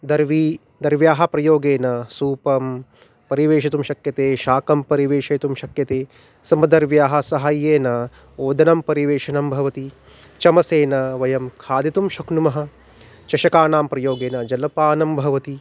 दर्वी दर्व्याः प्रयोगेन सूपं परिवेष्टुं शक्यते शाकं परिवेष्टुं शक्यते समदर्व्याः सहायेन ओदनस्य परिवेशनं भवति चमसेन वयं खादितुं शक्नुमः चषकानां प्रयोगेन जलपानं भवति